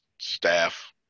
staff